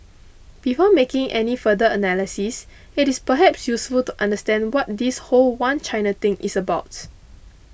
before making any further analysis it is perhaps useful to understand what this whole One China thing is about